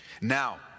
Now